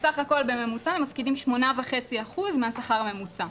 בסך הכול בממוצע הם מפקידים 8.5% מהשכר הממוצע.